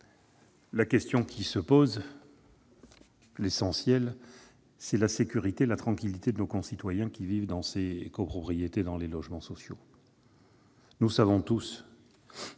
La question qui se pose, pour l'essentiel, est celle de la sécurité et de la tranquillité de nos concitoyens qui vivent dans ces copropriétés et dans les logements sociaux. Nous savons tous